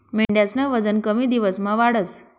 मेंढ्यास्नं वजन कमी दिवसमा वाढस